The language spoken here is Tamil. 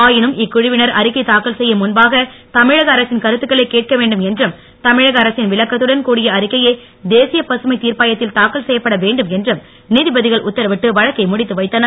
ஆயினும் இக்குழுவினர் அறிக்கை தாக்கல் செய்யும் முன்பாக தமிழக அரசின் கருத்துக்களை கேட்க வேண்டும் என்றும் தமிழக அரசின் விளக்கத்துடன் கூடிய அறிக்கையே தேசிய பசுமை தீர்ப்பாயத்தில் தாக்கல் செய்யப்பட வேண்டும் என்றும் நீதிபதிகள் உத்தரவிட்டு வழக்கை முடித்து வைத்தனர்